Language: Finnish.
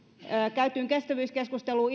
käytyyn kestävyyskeskusteluun